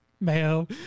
Mayo